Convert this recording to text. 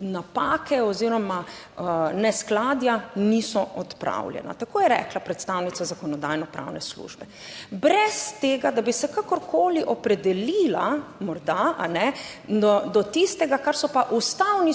napake oziroma neskladja niso odpravljena, tako je rekla predstavnica Zakonodajno-pravne službe, brez tega, da bi se kakorkoli opredelila morda, kajne, do tistega, kar so pa ustavni sodniki